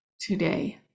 today